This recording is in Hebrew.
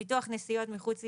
ביטוח נסיעות מחוץ לישראל,